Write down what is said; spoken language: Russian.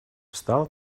встал